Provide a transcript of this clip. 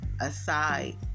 aside